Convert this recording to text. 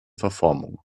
verformung